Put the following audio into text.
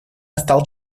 настал